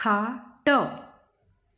खाट